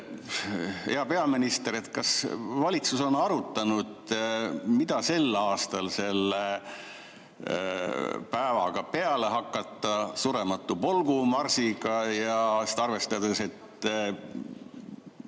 Hea peaminister! Kas valitsus on arutanud, mida sel aastal selle päevaga peale hakata, Surematu Polgu marsiga, arvestades, et